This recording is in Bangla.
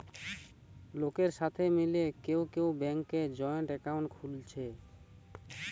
লোকের সাথে মিলে কেউ কেউ ব্যাংকে জয়েন্ট একাউন্ট খুলছে